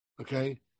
Okay